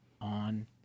on